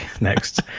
next